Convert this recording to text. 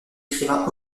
écrivain